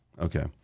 Okay